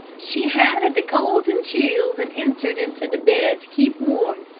she had de colds and chills, and entered into de bed to keep warm.